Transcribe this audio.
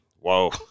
Whoa